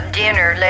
dinner